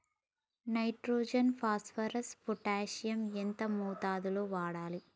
Nitrogen phosphorus potassium ఎంత మోతాదు లో వాడాలి?